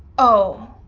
oh,